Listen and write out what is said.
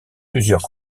plusieurs